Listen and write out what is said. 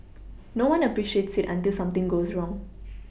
no one appreciates it until something goes wrong